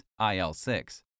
IL-6